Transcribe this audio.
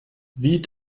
wie